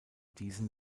diesen